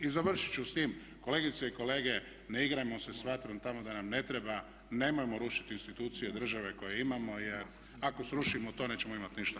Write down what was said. I završit ću s tim kolegice i kolege ne igrajmo se s vatrom tamo gdje nam ne treba, nemojmo rušiti institucije države koje imamo jer ako srušimo to nećemo imati ništa.